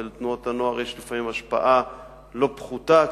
ולתנועות הנוער יש לפעמים השפעה לא פחותה,